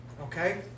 okay